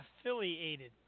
Affiliated